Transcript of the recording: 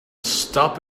stop